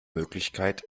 möglichkeit